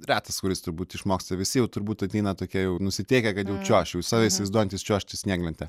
retas kuris turbūt išmoksta visi jau turbūt ateina tokie jau nusiteikę kad čiuošiu jau save įsivaizduojantys čiuožti snieglente